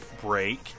break